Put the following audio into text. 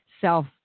self